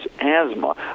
asthma